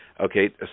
Okay